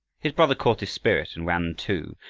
his brother caught his spirit, and ran too.